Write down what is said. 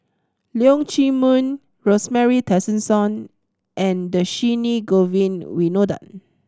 Leong Chee Mun Rosemary Tessensohn and Dhershini Govin Winodan